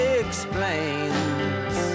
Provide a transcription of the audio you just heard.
explains